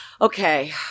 Okay